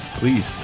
please